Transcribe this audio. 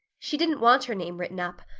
she didn't want her name written up.